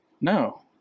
No